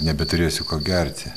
nebeturėsiu ko gerti